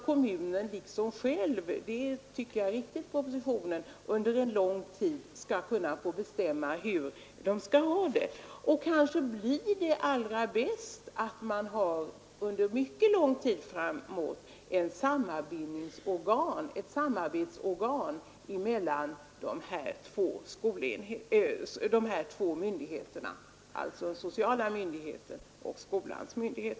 Kommunen bör själv — det tycker jag är riktigt uttryckt i propositionen — under lång tid få bestämma hur den skall ha det. Kanske blir det allra bäst att framöver ha ett samarbetsorgan mellan dessa två myndigheter — den sociala myndigheten och skolans myndighet.